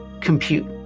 compute